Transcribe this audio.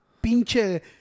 pinche